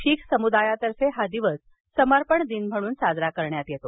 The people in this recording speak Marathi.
शीख समुदायातर्फे हा दिवस समर्पण दिन म्हणून साजरा करण्यात येतो